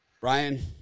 Brian